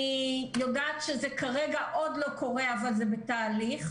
אני יודעת שזה כרגע עוד לא קורה אבל זה בתהליך,